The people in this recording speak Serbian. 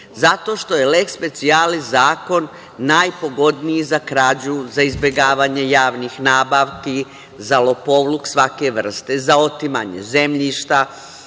Zato što je leks specijalis zakon najpogodniji za krađu, za izbegavanje javnih nabavki, za lopovluk svake vrste, za otimanje zemljišta.